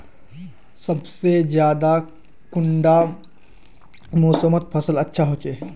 सबसे ज्यादा कुंडा मोसमोत फसल अच्छा होचे?